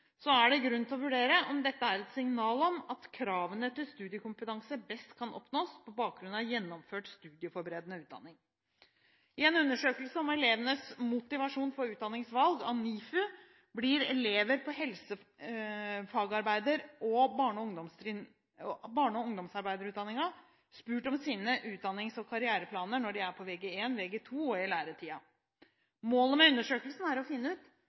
er det grunn til å vurdere om dette er et signal om at kravene til studiekompetanse best kan oppnås på bakgrunn av gjennomført studieforberedende utdanning. I en undersøkelse om elevers motivasjon for utdanningsvalg av NIFU blir elever på helsefagarbeider- og barne- og ungdomsarbeiderutdanningene spurt om sine utdannings- og karriereplaner når de er på Vg1, Vg2 og i læretiden. Målet med undersøkelsen er å finne ut